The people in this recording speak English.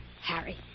Harry